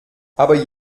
aber